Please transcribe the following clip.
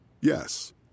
Yes